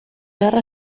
guerra